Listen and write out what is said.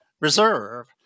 reserve